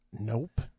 nope